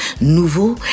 nouveau